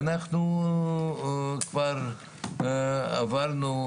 ואנחנו כבר עברנו,